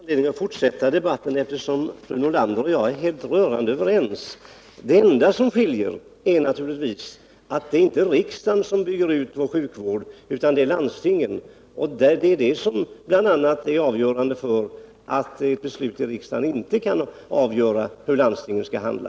Herr talman! Det finns ingen anledning att fortsätta debatten, eftersom fru Nordlander och jag är rörande överens. Men det är inte riksdagen som bygger ut vår sjukvård utan landstingen. Det är bl.a. därför som ett beslut i riksdagen inte kan bli avgörande för hur landstingen skall handla.